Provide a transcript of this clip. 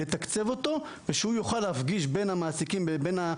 לתקצב אותו ושהוא יוכל להפגיש בין הצורך